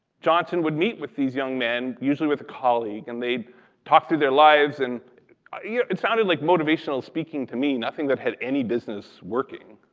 johnson would meet with these young men usually with a colleague, and they'd talk through their lives, and ah yeah it sounded like motivational speaking to me, nothing that had any business working.